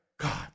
God